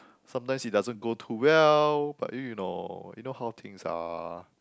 sometimes it doesn't go too well but you know you know how things are